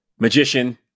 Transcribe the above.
magician